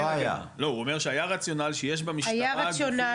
הוא אומר שהיה רציונל שיש במשטרה גופים --- היה רציונל,